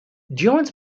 durant